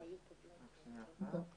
אתה